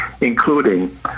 including